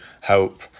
help